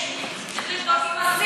צריך לבדוק עם הסינים.